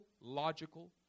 logical